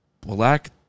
black